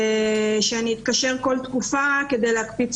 אני לא יודעת מה קרה בדיוק במקרה שלך.